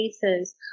cases